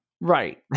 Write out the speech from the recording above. right